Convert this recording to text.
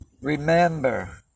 Remember